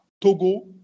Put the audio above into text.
Togo